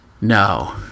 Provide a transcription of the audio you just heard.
No